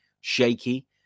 shaky